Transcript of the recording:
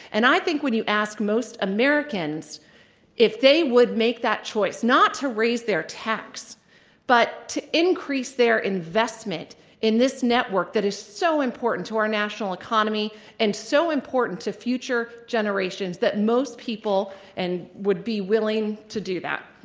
and i think, when you ask most americans if they would make that choice not to raise their tax but to increase their investment in this network that is so important to our national economy and so important to future generations, that most people and would be willing to do that.